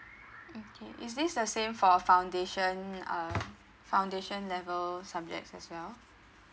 okay is this the same for uh foundation um foundation level subjects as well